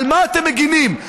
על מה אתם מגינים?